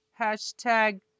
hashtag